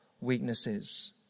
weaknesses